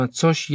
coś